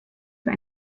für